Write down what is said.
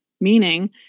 meaning